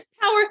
Power